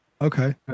Okay